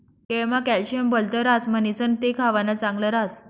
केळमा कॅल्शियम भलत ह्रास म्हणीसण ते खावानं चांगल ह्रास